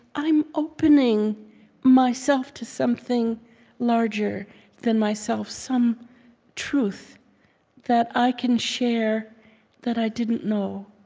i'm opening myself to something larger than myself, some truth that i can share that i didn't know.